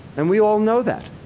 and we all know that.